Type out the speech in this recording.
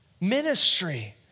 ministry